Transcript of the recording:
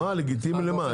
לגיטימי למה?